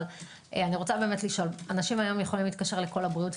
אנשים היום יכולים להתקשר לקול הבריאות?